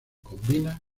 combina